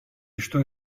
что